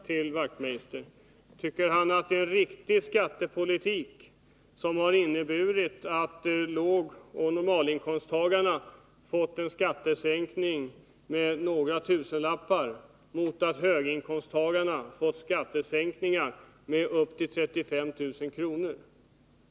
Tycker Knut Wachtmeister att det är en riktig skattepolitik som har inneburit att lågoch normalinkomsttagarna fått en skattesänkning med några tusenlappar, medan höginkomsttagarna fått skattesänkningar med upp till 35 000 kronor?